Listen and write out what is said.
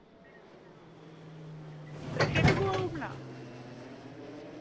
छड़ा गोआ घुम्मना